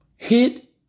hit